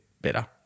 better